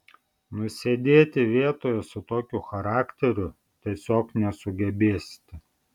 nusėdėti vietoje su tokiu charakteriu tiesiog nesugebėsite